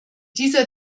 dieser